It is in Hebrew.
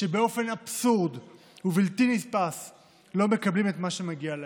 שבאופן אבסורדי ובלתי נתפס לא מקבלים את מה שמגיע להם.